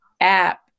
app